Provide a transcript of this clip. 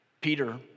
Peter